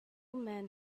men